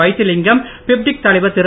வைத்திலிங்கம் பிப்டிக் தலைவர் திரு